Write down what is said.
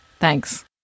Thanks